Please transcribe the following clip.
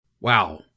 Wow